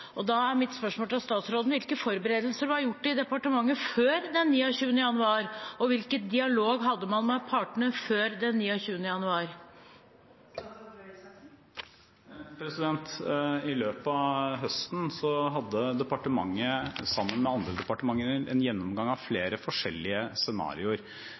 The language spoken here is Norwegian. departementet før den 29. januar, og hvilken dialog hadde man med partene før den 29. januar? I løpet av høsten hadde departementet, sammen med andre departementer, en gjennomgang av flere forskjellige scenarioer.